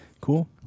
Cool